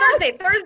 Thursday